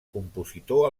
compositor